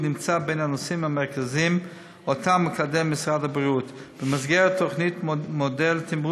הם מהנושאים המרכזיים שמשרד הבריאות מקדם.